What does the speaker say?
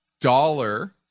dollar